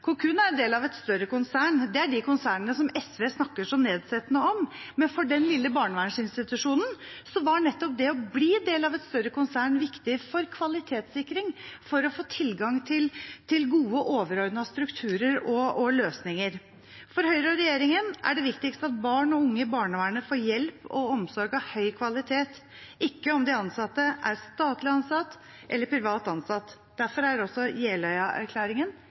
hvor viktig det er å sikre at vi gir private og ideelle aktører mulighet til å levere barnevernstjenester for det offentlige. Cocoon er en del av et større konsern. Det er de konsernene som SV snakker så nedsettende om. Men for denne lille barnevernsinstitusjonen var nettopp det å bli del av et større konsern viktig for kvalitetssikring og for å få tilgang til gode og overordnete strukturer og løsninger. For Høyre og regjeringen er det viktigst at barn og unge i barnevernet får hjelp og omsorg av høy kvalitet, ikke om de ansatte er